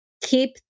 Keep